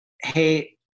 hey